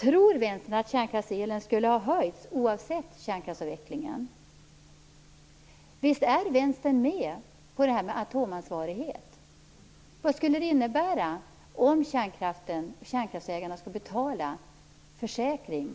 Tror vänstern att priset på kärnkraftselen skulle ha höjts oavsett kärnkraftsavvecklingen? Visst är vänstern med på det här med atomansvarighet? Vad skulle det innebära om kärnkraftsägarna skulle betala försäkring